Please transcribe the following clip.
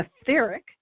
etheric